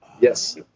Yes